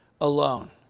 alone